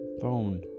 Phone